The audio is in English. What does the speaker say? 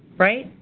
right?